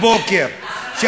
04:00. 04:00,